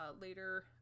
later